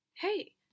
Hey